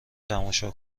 تماشا